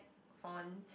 fun